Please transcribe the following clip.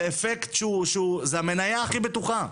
זה המניה הכי בטוחה.